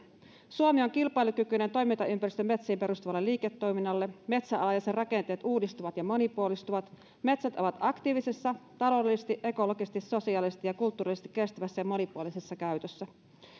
suomi on kilpailukykyinen toimintaympäristö metsiin perustuvalle liiketoiminnalle metsäala ja sen rakenteet uudistuvat ja monipuolistuvat metsät ovat aktiivisessa taloudellisesti ekologisesti sosiaalisesti ja kulttuurisesti kestävässä ja monipuolisessa käytössä